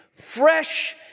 fresh